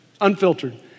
unfiltered